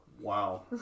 Wow